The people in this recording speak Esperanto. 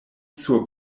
sur